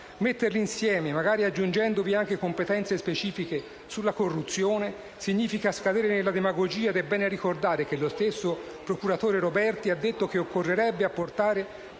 Metterli insieme, magari aggiungendovi anche competenze specifiche sulla corruzione, significa scadere nella demagogia. Ed è bene ricordare che lo stesso procuratore antimafia Roberti ha detto che occorrerebbe apportare